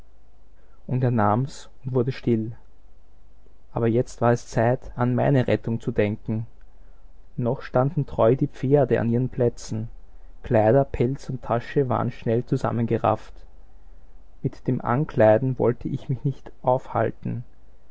und er nahm's und wurde still aber jetzt war es zeit an meine rettung zu denken noch standen treu die pferde an ihren plätzen kleider pelz und tasche waren schnell zusammengerafft mit dem ankleiden wollte ich mich nicht aufhalten